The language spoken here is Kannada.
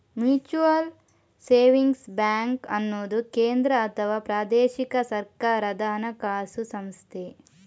ಮ್ಯೂಚುಯಲ್ ಸೇವಿಂಗ್ಸ್ ಬ್ಯಾಂಕು ಅನ್ನುದು ಕೇಂದ್ರ ಅಥವಾ ಪ್ರಾದೇಶಿಕ ಸರ್ಕಾರದ ಹಣಕಾಸು ಸಂಸ್ಥೆ